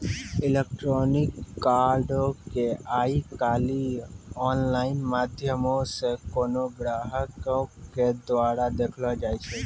electronic कार्डो के आइ काल्हि आनलाइन माध्यमो से कोनो ग्राहको के द्वारा देखलो जाय सकै छै